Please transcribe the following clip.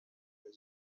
دوره